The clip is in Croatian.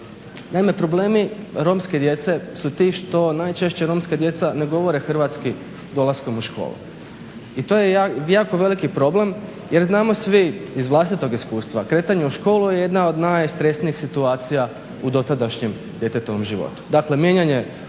Naime, problemi romske djece su ti što najčešće romska djeca ne govore hrvatski dolaskom u škole. I to je jako veliki problem jer znamo svi iz vlastitog iskustva kretanje u školu je jedna od najstrasnijih situacija u dotadašnjem djetetovom životu. Dakle, mijenjanje